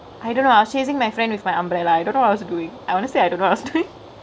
I don't know I was chasingk my friend with my umbrella I don't know what I was doingk honestly I don't know what I was doingk